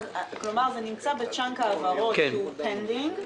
זה נמצא ב-chunk העברות שהוא pending,